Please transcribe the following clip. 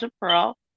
Pearl